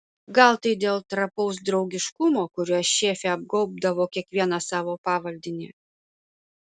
gal tai dėl trapaus draugiškumo kuriuo šefė apgaubdavo kiekvieną savo pavaldinį